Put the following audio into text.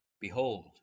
Behold